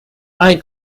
ein